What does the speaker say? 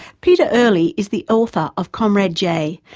pete early is the author of comrade j,